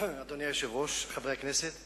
אדוני היושב-ראש, חברי הכנסת,